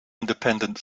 independent